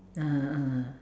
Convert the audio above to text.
(uh huh) (uh huh)